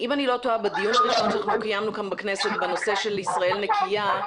בדיון הראשון שאנחנו קיימנו כאן בכנסת בנושא של "ישראל נקייה",